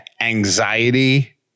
anxiety